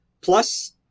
plus